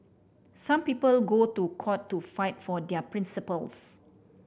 some people go to court to fight for their principles